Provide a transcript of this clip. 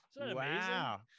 Wow